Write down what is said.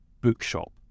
bookshop